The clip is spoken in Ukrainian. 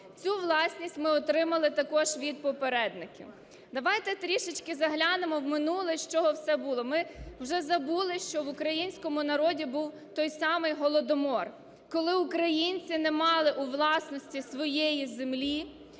Цю власність ми отримали також від попередників. Давайте трішечки заглянемо в минуле, з чого все було. Ми вже забули, що в українському народі був той самий Голодомор, коли українці не мали у власності своєї землі.